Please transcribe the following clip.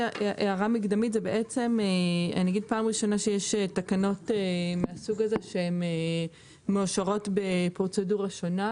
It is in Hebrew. פעם ראשונה שיש תקנות מהסוג הזה שמאושרות בפרוצדורה שונה